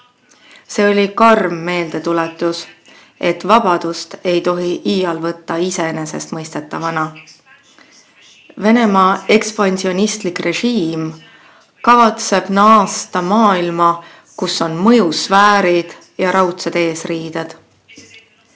See oli karm meeldetuletus, et vabadust ei tohi iial võtta iseenesestmõistetavana. Venemaa ekspansionistlik režiim kavatseb naasta maailma, kus on mõjusfäärid ja raudsed eesriided.